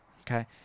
Okay